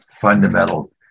fundamental